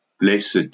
Blessed